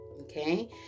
Okay